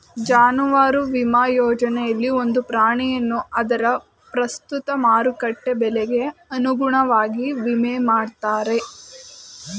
ಜಾನುವಾರು ವಿಮಾ ಯೋಜನೆಯಲ್ಲಿ ಒಂದು ಪ್ರಾಣಿಯನ್ನು ಅದರ ಪ್ರಸ್ತುತ ಮಾರುಕಟ್ಟೆ ಬೆಲೆಗೆ ಅನುಗುಣವಾಗಿ ವಿಮೆ ಮಾಡ್ತಾರೆ